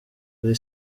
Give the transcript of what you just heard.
kuri